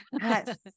Yes